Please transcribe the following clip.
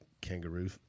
kangaroo